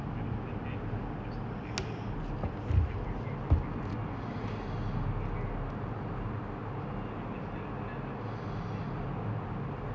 then after that selepas itu like I cycle here cycle there ah everywhere mana mana selepas itu like just jalan jalan ah happy happy jer umpa kawan ke